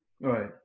Right